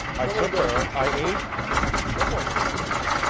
i took her, i aged her. someone sounds missing.